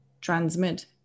transmit